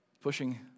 Pushing